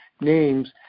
names